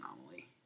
anomaly